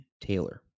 Taylor